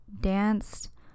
danced